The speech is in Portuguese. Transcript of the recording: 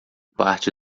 parte